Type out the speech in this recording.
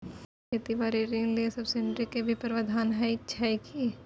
खेती बारी ऋण ले सब्सिडी के भी प्रावधान छै कि?